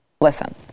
Listen